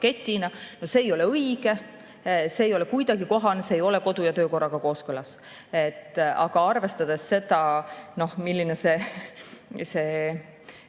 paketina – see ei ole õige, see ei ole kuidagi kohane, see ei ole kodu- ja töökorraga kooskõlas. Aga arvestades seda, milline see